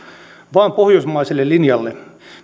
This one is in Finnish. vaan pohjoismaiselle linjalle